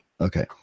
okay